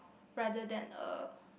rather than a